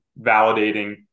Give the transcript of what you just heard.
validating